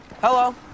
Hello